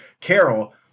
Carol